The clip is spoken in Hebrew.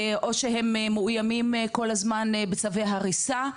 או שהם מאוימים כל הזמן בצווי הריסה.